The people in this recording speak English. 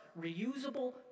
reusable